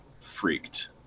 freaked